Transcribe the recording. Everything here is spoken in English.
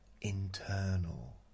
internal